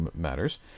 matters